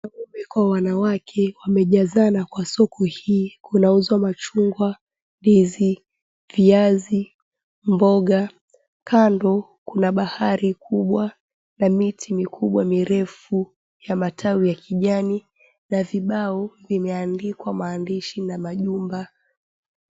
Wanaume kwa wanawake wamejazana kwa soko hii, kunauzwa machungwa, ndizi, viazi, mboga. Kando kuna bahari kubwa na miti mikubwa mirefu ya matawi ya kijani, na vibao vimeandikwa maandishi na majumba.